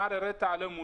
מר רטה אלמו,